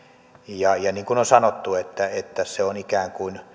ja ja niin kuin sanottu se on ikään kuin